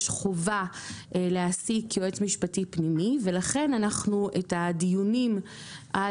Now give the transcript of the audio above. חובה להעסיק יועץ משפטי פנימי ולכן את הדיונים על